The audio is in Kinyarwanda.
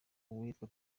uwitwa